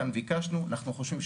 נכון.